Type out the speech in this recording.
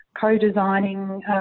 co-designing